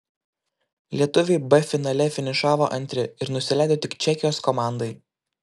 lietuviai b finale finišavo antri ir nusileido tik čekijos komandai